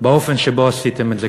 באופן שבו עשיתם את זה.